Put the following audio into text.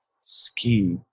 Ski